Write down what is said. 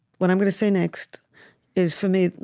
what i'm going to say next is, for me,